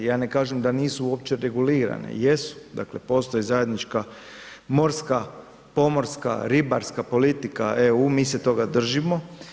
Ja ne kažem da nisu uopće regulirane, jesu, dakle postoji zajednička morska, pomorska, ribarska politika EU, mi se toga držimo.